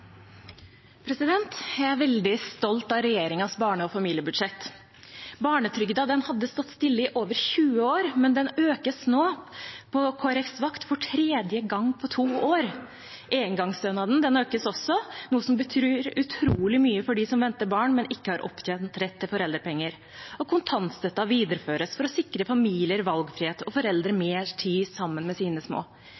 familiebudsjett. Barnetrygden hadde stått stille i over 20 år, men den økes nå på Kristelig Folkepartis vakt for tredje gang på to år. Engangsstønaden økes også, noe som betyr utrolig mye for dem som venter barn, men ikke har opptjent rett til foreldrepenger. Og kontantstøtten videreføres for å sikre familier valgfrihet og foreldre